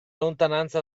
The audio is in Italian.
lontananza